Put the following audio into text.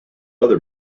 other